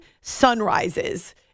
sunrises